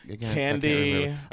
Candy